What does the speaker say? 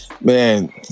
Man